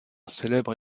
célèbre